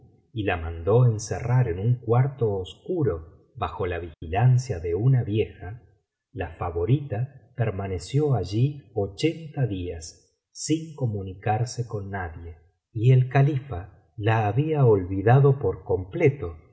y la mandó encerrar en un cuarto oscuro bajo la vigilancia de una vieja la favorita permaneció allí ochenta días sin comunicarse con nadie y el califa la había olvidado por completo